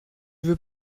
veux